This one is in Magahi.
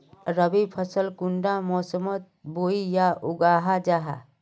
रवि फसल कुंडा मोसमोत बोई या उगाहा जाहा?